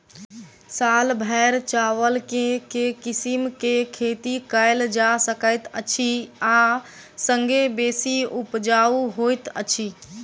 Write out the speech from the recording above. साल भैर चावल केँ के किसिम केँ खेती कैल जाय सकैत अछि आ संगे बेसी उपजाउ होइत अछि?